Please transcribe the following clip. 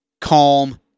calm